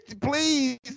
Please